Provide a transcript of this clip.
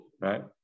Right